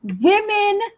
women